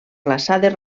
glaçades